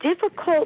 difficult